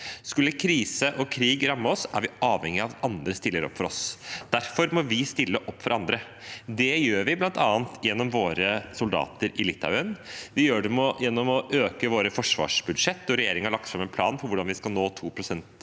Skulle krise og krig ramme oss, er vi avhengig av at andre stiller opp for oss. Derfor må vi stille opp for andre. Det gjør vi bl.a. gjennom våre soldater i Litauen, vi gjør det gjennom å øke våre forsvarsbudsjetter – regjeringen har lagt fram en plan for hvordan vi skal nå 2 pst.